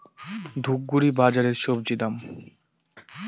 ধূপগুড়ি বাজারের স্বজি দাম?